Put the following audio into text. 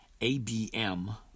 ABM